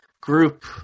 group